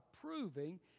proving